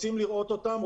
רוצים לראות אותן,